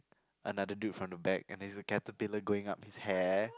another dude from the back and then he looking at the pillar going up his hair